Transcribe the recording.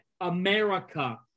America